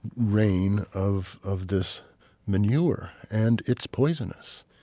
rain of of this manure. and it's poisonous.